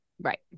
Right